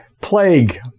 plague